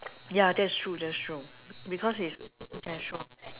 ya that's true that's true because is